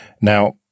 Now